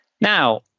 Now